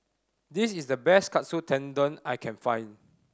this is the best Katsu Tendon I can find